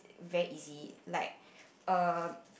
very easy like err